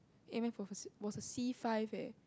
A maths was was a C five leh